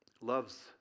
loves